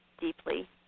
deeply